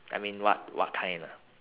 I mean what what kind ah